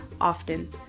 often